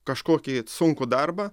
kažkokį sunkų darbą